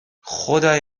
خدای